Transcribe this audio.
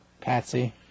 Patsy